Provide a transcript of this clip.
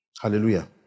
Hallelujah